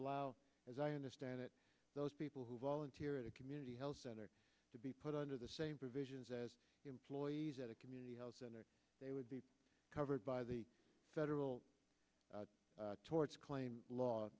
allow as i understand it those people who volunteer at a community health center to be put under the same provisions as employees at a community health center they would be covered by the federal torts claim law